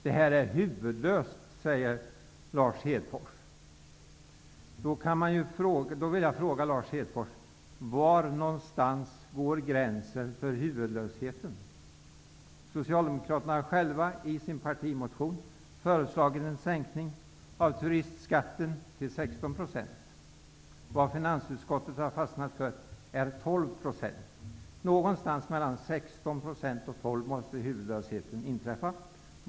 Det här är huvudlöst, säger Lars Socialdemokraterna föreslår själva i sin partimotion en sänkning av turistskatten till 16 %. Finansutskottet har fastnat för 12 %. Någonstans mellan 16 % och 12 % måste huvudlösheten inträffa.